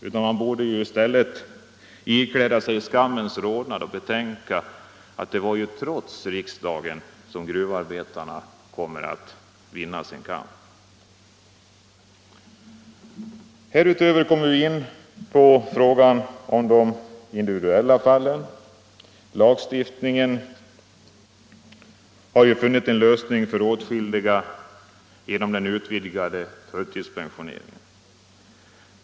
Den borde i stället ikläda sig en skammens rodnad och betänka att det är trots riksdagen som gruvarbetarna kommit att vinna sin kamp. Härutöver kommer vi in på frågan om de individuella fallen. Lagstiftningen har ju funnit en lösning för åtskilliga genom den utvidgade förtidspensioneringen.